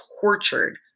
tortured